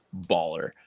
baller